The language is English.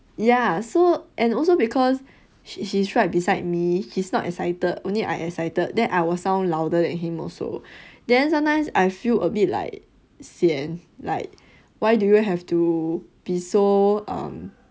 ya so and also because he's right beside me he's not excited only I excited then I will sound louder than him also then sometimes like I feel a bit like sian like why do you will have to be so um